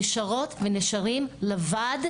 נשארות ונשארים לבד,